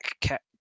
Cat